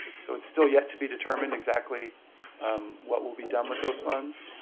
so it's still yet to be determined exactly um what will be done with those funds.